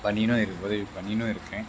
பண்ணிணும் இருக்கும்போது இப்போ பண்ணிணும் இருக்கேன்